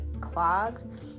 clogged